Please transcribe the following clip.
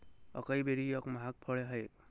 acai berry एक महाग फळ आहे